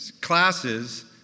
classes